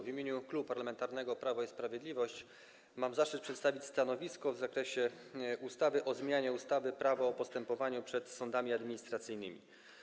W imieniu Klubu Parlamentarnego Prawo i Sprawiedliwość mam zaszczyt przedstawić stanowisko wobec ustawy o zmianie ustawy Prawo o postępowaniu przed sądami administracyjnymi.